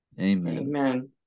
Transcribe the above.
Amen